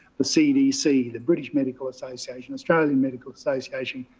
the cdc, the british medical association, australian medical association,